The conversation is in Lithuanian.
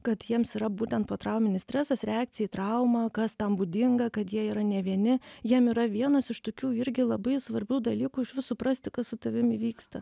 kad jiems yra būtent potrauminis stresas reakcija į traumą kas tam būdinga kad jie yra ne vieni jiem yra vienas iš tokių irgi labai svarbių dalykų išvis suprasti kas su tavim įvyksta